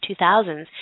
2000s